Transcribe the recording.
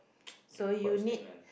can be quite stagnant